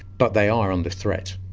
but they are under threat.